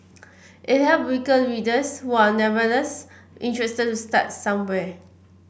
it helps weaker readers who are nevertheless interested to start somewhere